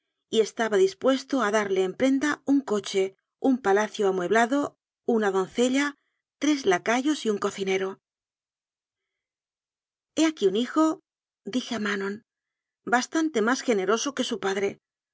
y estaba dispuesto a darle en prenda un coche un palacio amueblado una doncella tres lacayos y un cociriéro he aquí un hijodije a manonbastante más generoso que su padre